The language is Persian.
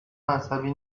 مذهبی